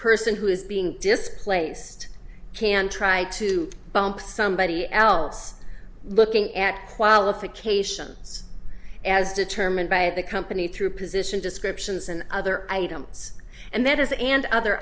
person who is being displaced can try to bump somebody else looking at qualifications as determined by the company through position descriptions and other items and that is and other